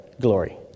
glory